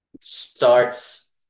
starts